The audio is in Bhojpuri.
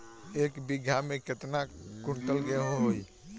एक बीगहा में केतना कुंटल गेहूं होई?